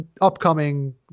upcoming